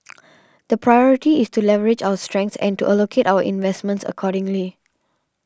the priority is to leverage our strengths and to allocate our investments accordingly